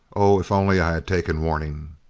oh, if only i had taken warning!